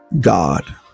God